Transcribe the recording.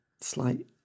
slight